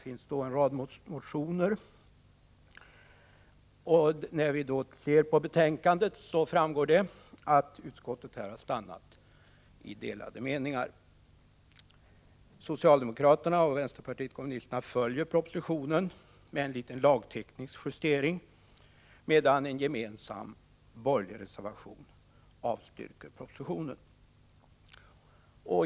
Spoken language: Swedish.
Med anledning av den senare propositionen har det väckts en rad motioner. Av betänkandet framgår det att utskottets representanter har delade meningar. Socialdemokraterna och vpk följer propositionen, bortsett från en liten lagteknisk justering, medan de borgerliga i en gemensam reservation avstyrker utskottets hemställan.